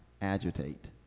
agitate